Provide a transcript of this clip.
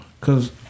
Cause